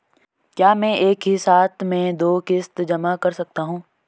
क्या मैं एक ही साथ में दो किश्त जमा कर सकता हूँ?